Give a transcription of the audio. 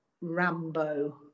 rambo